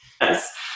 Yes